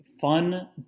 fun